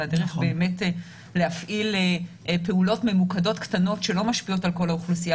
הדרך באמת להפעיל פעולות ממוקדות קטנות שלא משפיעות על כל האוכלוסייה